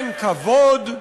אין כבוד,